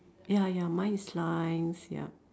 ya ya mine is lines ya